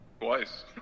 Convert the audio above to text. Twice